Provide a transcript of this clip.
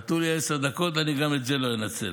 נתנו לי עשר דקות, גם את זה אני לא אנצל.